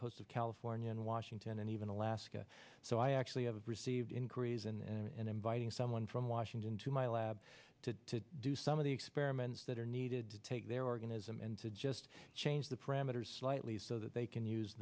the coast of california and washington and even alaska so i actually have received inquiries and inviting someone from washington to my lab to do some of the experiments that are needed to take their organism and to just change the parameters slightly so that they can use